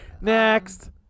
Next